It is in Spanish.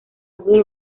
bull